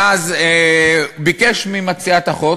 וביקש ממציעת החוק,